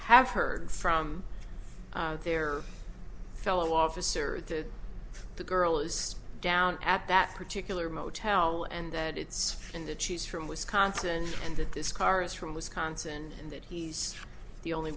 have heard from their fellow officer that the girl is down at that particular motel and that it's in the cheese from wisconsin and that this car is from wisconsin and that he's the only